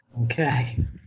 Okay